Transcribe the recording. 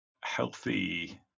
healthy